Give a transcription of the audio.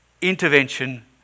intervention